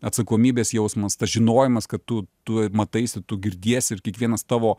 atsakomybės jausmas tas žinojimas kad tu tu mataisi tu girdiesi ir kiekvienas tavo